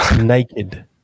Naked